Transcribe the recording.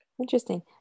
Interesting